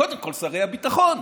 קודם כול שרי הביטחון,